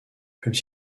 comme